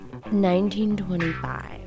1925